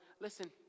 listen